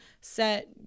set